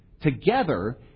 together